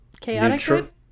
chaotic